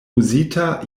uzita